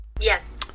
Yes